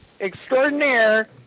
extraordinaire